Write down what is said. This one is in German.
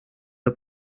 der